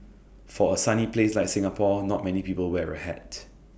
for A sunny place like Singapore not many people wear A hat